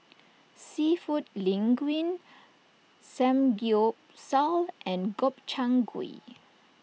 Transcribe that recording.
Seafood Linguine Samgyeopsal and Gobchang Gui